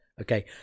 Okay